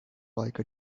like